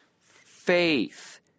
faith